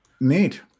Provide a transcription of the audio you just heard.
Neat